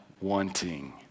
wanting